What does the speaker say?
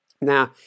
Now